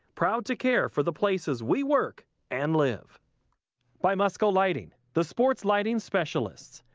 proud to care for the places we work and live by musco lighting, the sports lighting specialists,